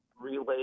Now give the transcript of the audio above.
relay